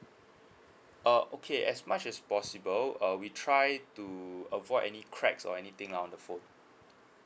uh okay as much as possible uh we try to avoid any cracks or anything out on the phone